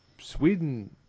Sweden